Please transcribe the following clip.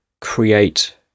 create